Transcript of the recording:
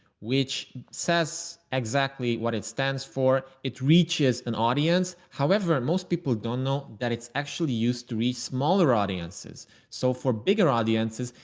which says exactly what it stands for. it reaches an audience. however, most people don't know that it's actually used to reach smaller audiences. so for bigger audiences,